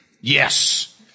yes